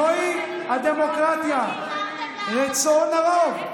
זוהי הדמוקרטיה, רצון הרוב.